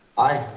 aye.